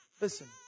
Listen